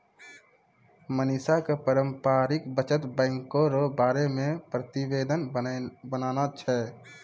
मनीषा क पारस्परिक बचत बैंको र बारे मे प्रतिवेदन बनाना छै